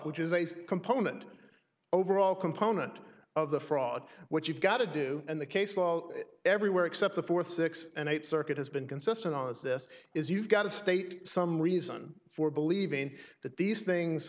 which is a component overall component of the fraud what you've got to do and the case law everywhere except the fourth six and eight circuit has been consistent on this this is you've got to state some reason for believing that these things